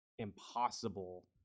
impossible